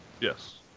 Yes